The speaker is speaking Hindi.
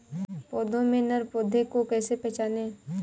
पौधों में नर पौधे को कैसे पहचानें?